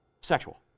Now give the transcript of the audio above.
sexual